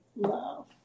love